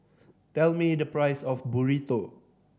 tell me the price of Burrito